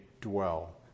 dwell